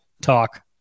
talk